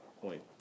point